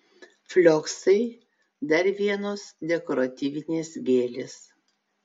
flioksai dar vienos dekoratyvinės gėlės